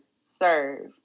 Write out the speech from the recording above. serve